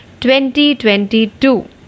2022